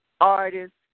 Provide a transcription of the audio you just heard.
artists